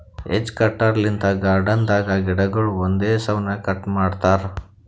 hedge cutter ಲಿಂತ್ garden ದಾಗ್ ಗಿಡಗೊಳ್ ಒಂದೇ ಸೌನ್ ಕಟ್ ಮಾಡ್ತಾರಾ